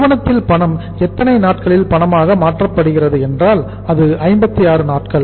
நிறுவனத்தில் பணம் எத்தனை நாட்களில் பணமாக மாற்றப்படுகிறது என்றால் அது 56 நாட்கள்